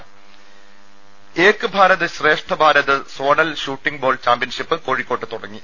ദേഴ Ek Bharat Shreshtha Bharat zonal shooting ball championship കോഴിക്കോട്ട് തുടങ്ങി